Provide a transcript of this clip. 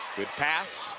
good pass,